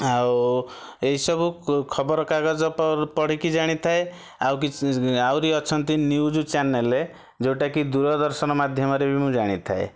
ଆଉ ଏଇସବୁ କ ଖବରକାଗଜ ତ ପଢ଼ିକି ଜାଣିଥାଏ ଆଉ କିଛି ଆହୁରି ଅଛନ୍ତି ନ୍ୟୁଜ୍ ଚ୍ୟାନେଲ୍ ଯେଉଁଟାକି ଦୂରଦର୍ଶନ ମାଧ୍ୟମରେ ବି ମୁଁ ଜାଣିଥାଏ